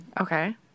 Okay